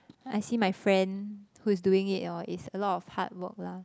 I see my friend who is doing it hor is a lot of hard work lah